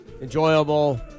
enjoyable